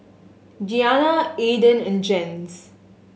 Gianna Aidyn and Jens